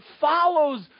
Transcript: follows